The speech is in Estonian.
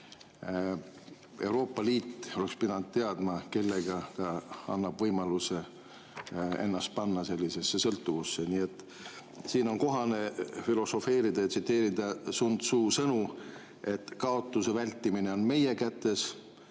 Euroopa Liit oleks pidanud teadma, kellele ta annab võimaluse panna teda endast sellisesse sõltuvusse. Siin on kohane filosofeerida ja tsiteerida Sun Tzu sõnu, et kaotuse vältimine on meie kätes,